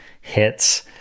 hits